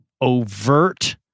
overt